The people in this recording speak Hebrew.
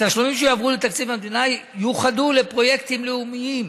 התשלומים שיועברו לתקציב המדינה ייוחדו לפרויקטים לאומיים